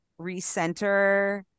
recenter